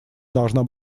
должна